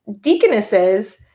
deaconesses